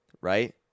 right